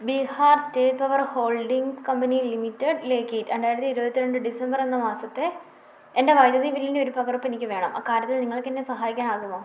Bihar state power holding company ലിമിറ്റഡിലേക്ക് രണ്ടായിരത്തി ഇരുപത്തിരണ്ട് ഡിസംബറെന്ന മാസത്തെ എൻ്റെ വൈദ്യുതി ബില്ലിൻ്റെ ഒരു പകർപ്പെനിക്ക് വേണം അക്കാര്യത്തിൽ നിങ്ങൾക്കെന്നെ സഹായിക്കാനാകുമോ